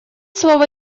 слово